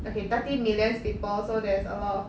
okay thirteen millions people so there's a lot of